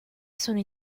sono